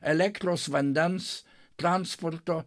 elektros vandens transporto